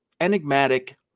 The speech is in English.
enigmatic